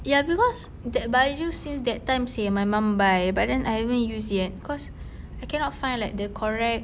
ya because that baju since that time seh my mum buy but then I haven't use yet cause I cannot find like the correct